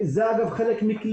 זה חלק מכליאה.